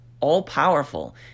all-powerful